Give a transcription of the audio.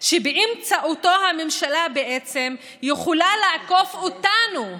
שבאמצעותו הממשלה בעצם יכולה לעקוף אותנו,